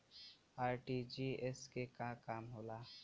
RTGS के का काम होला?